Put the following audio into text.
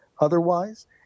otherwise